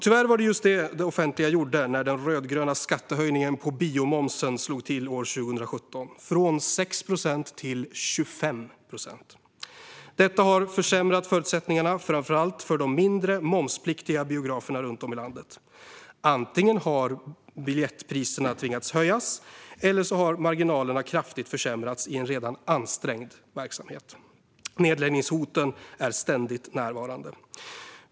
Tyvärr var det just detta som det offentliga gjorde när den rödgröna skattehöjningen på biomomsen slog till år 2017 - från 6 procent till 25 procent. Detta har försämrat förutsättningarna, framför allt för de mindre, momspliktiga, biograferna runtom i landet. Antingen har man tvingats höja biljettpriserna eller så har marginalerna kraftigt försämrats i en redan ansträngd verksamhet. Nedläggningshoten är ständigt närvarande.